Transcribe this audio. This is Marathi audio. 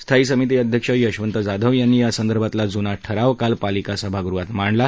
स्थायी समिती अध्यक्ष यशवंत जाधव यांनी यासंदर्भातला जूना ठराव काल पालिका सभागृहात मांडला